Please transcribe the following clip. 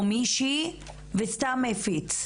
או מישהי, וסתם הפיץ.